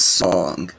song